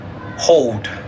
hold